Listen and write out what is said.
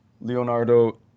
Leonardo